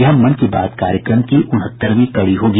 यह मन की बात कार्यक्रम की उनहत्तरवीं कड़ी होगी